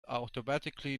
automatically